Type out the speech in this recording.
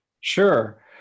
Sure